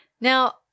Now